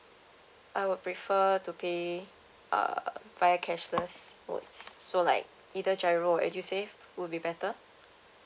I would prefer to pay err via cashless opts so like either giro or edusave would be better